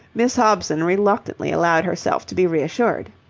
miss hobson reluctantly allowed herself to be reassured.